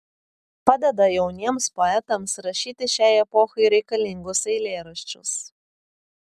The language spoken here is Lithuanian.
padeda jauniems poetams rašyti šiai epochai reikalingus eilėraščius